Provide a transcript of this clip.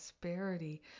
prosperity